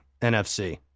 NFC